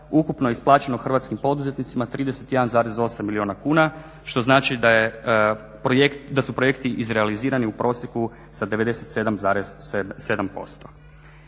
ukupno je isplaćeno hrvatskim poduzetnicima 31,8 milijuna kuna što znači da su projekti izrealizirani u prosjeku sa 97,7%